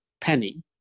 penny